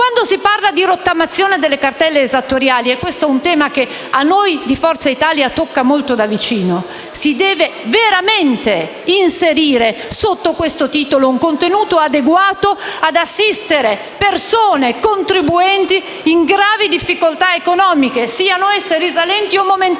Quando si parla di rottamazione delle cartelle esattoriali - e questo è un tema che tocca molto da vicino noi di Forza Italia - si deve veramente inserire sotto questo titolo un contenuto adeguato ad assistere persone contribuenti in gravi difficoltà economiche, siano esse risalenti o momentanee.